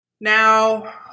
Now